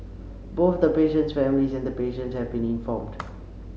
both the patient's family and the patient have been informed